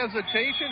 hesitation